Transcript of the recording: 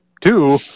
Two